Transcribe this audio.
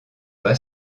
pas